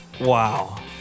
Wow